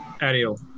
Ariel